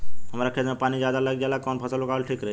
हमरा खेत में पानी ज्यादा लग जाले कवन फसल लगावल ठीक होई?